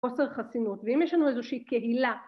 חוסר חסינות ואם יש לנו איזושהי קהילה